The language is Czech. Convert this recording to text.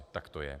Tak to je.